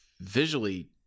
visually